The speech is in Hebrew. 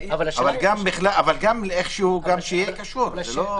אבל שיהיה איזשהו קשר.